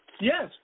Yes